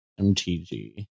MTG